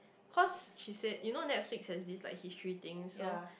cause she said you know Netflix has this like history thing so